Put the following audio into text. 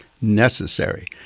necessary